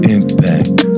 Impact